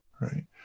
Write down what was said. right